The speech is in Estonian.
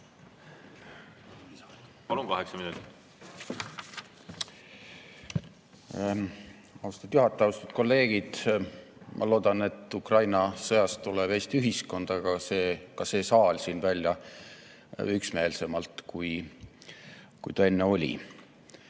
Palun, kaheksa minutit! Austatud juhataja! Austatud kolleegid! Ma loodan, et Ukraina sõjast tuleb Eesti ühiskond ja ka see saal siin välja üksmeelsemalt, kui ta enne oli.